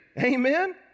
Amen